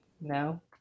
No